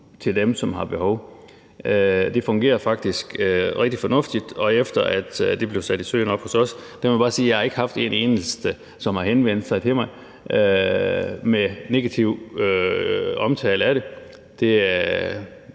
til dem, som har behov. Det fungerer faktisk rigtig fornuftigt, og efter at det blev sat i søen oppe hos os, må jeg bare sige, at jeg ikke har haft en eneste, som har henvendt sig til mig med negativ omtale af det. Det er